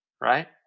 right